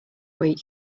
week